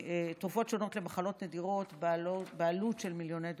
תרופות שונות למחלות נדירות בעלות של מיליוני דולרים.